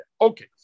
Okay